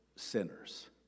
sinners